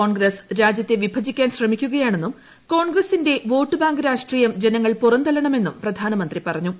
കോൺഗ്രസ് രാജ്യത്തെ വിഭജിക്കാൻ ശ്രമിക്കുകയാണെന്നും കോൺഗ്രസിന്റെ വോട്ട് ബാങ്ക് രാഷ്ട്രീയം ജനം പുറന്തള്ളണമെന്നും പ്രധാനമന്ത്രി പറഞ്ഞു